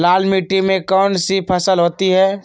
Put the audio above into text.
लाल मिट्टी में कौन सी फसल होती हैं?